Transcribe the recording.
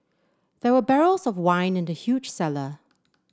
there were barrels of wine in the huge cellar